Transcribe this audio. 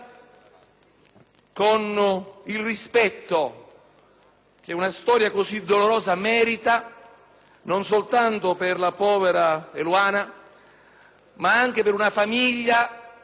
che una storia così dolorosa merita, non soltanto per la povera Eluana, ma anche per una famiglia segnata da un dolore grandissimo,